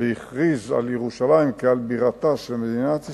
והכריז על ירושלים כעל בירתה של מדינת ישראל,